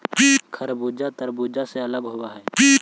खरबूजा तारबुज से अलग होवअ हई